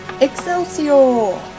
Excelsior